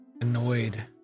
annoyed